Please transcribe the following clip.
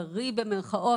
בריא במרכאות,